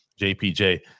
JPJ